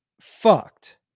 fucked